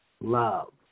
love